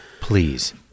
Please